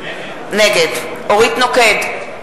נגד אורית נוקד,